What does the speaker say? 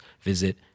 visit